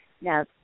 Now